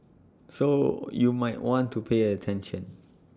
so you might want to pay attention